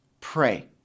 pray